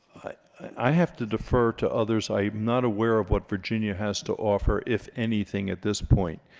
i have to defer to others i'm not aware of what virginia has to offer if anything at this point